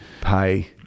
pay